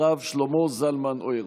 הרב שלמה זלמן אוירבך.